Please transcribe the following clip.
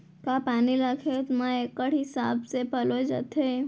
का पानी ला खेत म इक्कड़ हिसाब से पलोय जाथे?